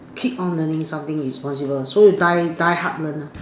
keep on learning something is possible so you die die hard learn ah